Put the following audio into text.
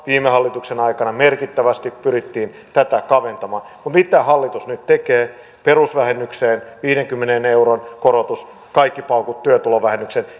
viime hallituksen aikana merkittävästi pyrittiin tätä kaventamaan mutta mitä hallitus nyt tekee perusvähennykseen viidenkymmenen euron korotus ja kaikki paukut työtulovähennykseen